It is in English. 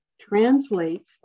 Translate